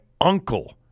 uncle